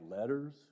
letters